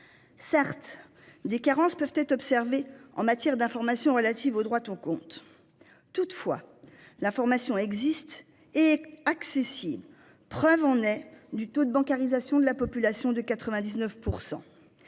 Certes des carences peuvent être observés en matière d'information relatives au droit ton compte. Toutefois la formation existe et accessible. Preuve en est, du taux de bancarisation de la population de 99%.